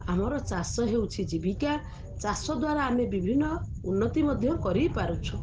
ଆମର ଚାଷ ହେଉଛି ଜୀବିକା ଚାଷ ଦ୍ୱାରା ଆମେ ବିଭିନ୍ନ ଉନ୍ନତି ମଧ୍ୟ କରିପାରୁଛୁ